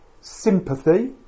sympathy